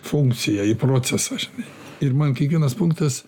funkciją į procesą žinai ir man kiekvienas punktas